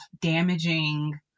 damaging